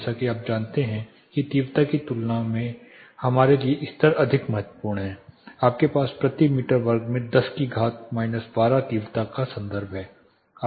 जैसा कि आप जानते हैं कि तीव्रता की तुलना में हमारे लिए स्तर अधिक महत्वपूर्ण हैं आपके पास प्रति मीटर वर्ग में 10 की घात 12 तीव्रता का संदर्भ है